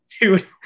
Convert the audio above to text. Dude